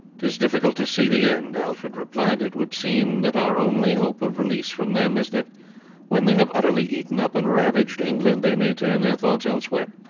tis difficult to see the end, alfred replied. it would seem that our only hope of release from them is that when they have utterly eaten up and ravaged england they may turn their thoughts elsewhere.